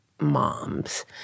moms